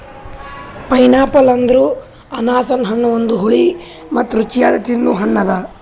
pineapple ಅಂದುರ್ ಅನಾನಸ್ ಹಣ್ಣ ಒಂದು ಹುಳಿ ಮತ್ತ ರುಚಿಯಾದ ತಿನ್ನೊ ಹಣ್ಣ ಅದಾ